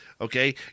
okay